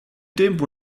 tempo